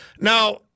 now